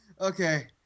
Okay